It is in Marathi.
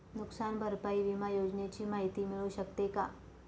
नुकसान भरपाई विमा योजनेची माहिती मिळू शकते का?